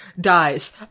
dies